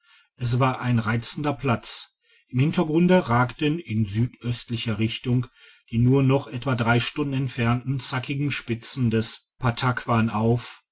es war ein reizender platz im hintergrunde ragten in südöstlicher richtung die nur noch etwa drei stunden entfernten zackigen spitzen des pattakwan auf